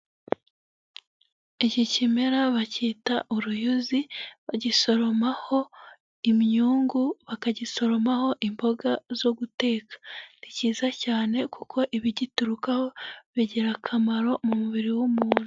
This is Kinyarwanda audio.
Iki kimera bacyita uruyuzi, bagisoromaho imyungu, bakagisoromaho imboga zo guteka, ni cyiza cyane kuko ibigiturukaho bigira akamaro mu mubiri w'umuntu.